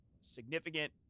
significant